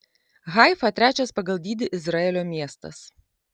haifa trečias pagal dydį izraelio miestas